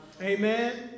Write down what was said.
Amen